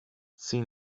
see